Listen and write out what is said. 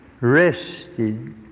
rested